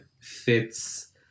fits